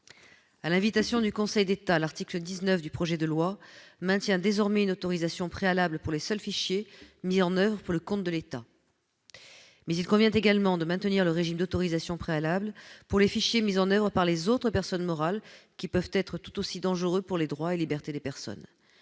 l'invitation du Conseil d'État, l'article 19 du projet de loi maintient désormais une autorisation préalable pour les seuls fichiers mis en oeuvre pour le compte de l'État. Il convient également de maintenir ce régime pour les fichiers mis en oeuvre par les autres personnes morales, qui peuvent être tout aussi dangereux pour les droits et libertés des personnes.